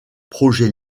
projet